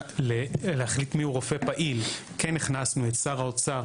להחליט מיהו רופא פעיל כן הכנסנו את שר האוצר